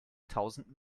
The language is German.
tausend